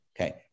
Okay